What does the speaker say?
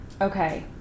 Okay